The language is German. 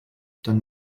dann